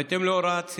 הודעת הממשלה